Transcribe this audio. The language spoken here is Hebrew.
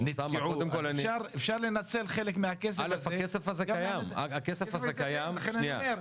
אז אפשר לנצל חלק מהכסף הזה --- הכסף הזה קיים --- לכן אני אומר,